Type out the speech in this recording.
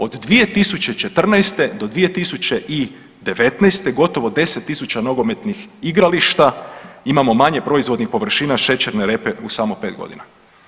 Od 2014.-2019. gotovo 10.000 nogometnih igrališta imamo manje proizvodnih površina šećerne repe u samo pet godina.